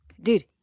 Dude